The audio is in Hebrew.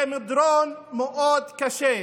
זה מדרון מאוד קשה.